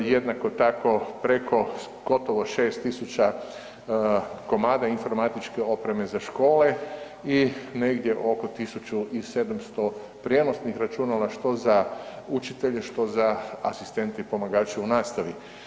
Jednako tako preko gotovo 6000 komada informatičke opreme za škole i negdje oko 1700 prijenosnih računala, što za učitelje, što za asistente i pomagače u nastavi.